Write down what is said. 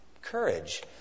Courage